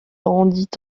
rendit